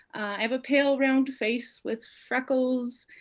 i have a pale, round face, with freckles,